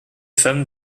femmes